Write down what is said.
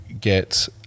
get